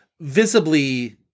visibly